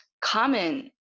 common